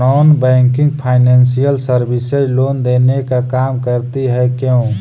Non banking financial services loan देने का काम करती है क्यू?